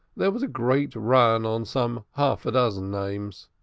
there was a great run on some half-a-dozen names.